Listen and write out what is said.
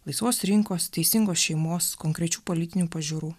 laisvos rinkos teisingos šeimos konkrečių politinių pažiūrų